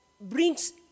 brings